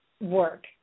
work